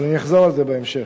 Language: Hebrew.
אבל אני אחזור לזה בהמשך.